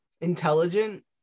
intelligent